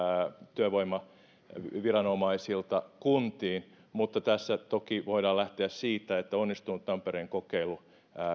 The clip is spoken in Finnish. työvoimaviranomaisilta kuntiin mutta tässä toki voidaan lähteä siitä että onnistunut tampereen kokeilu